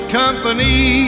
company